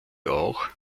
auch